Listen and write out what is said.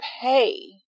pay